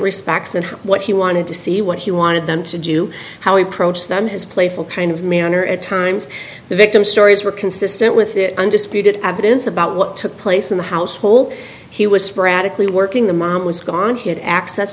respects and what he wanted to see what he wanted them to do how we approach them his playful kind of manner at times the victim stories were consistent with it undisputed evidence about what took place in the household he was sporadically working the mom was gone he had access